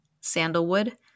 sandalwood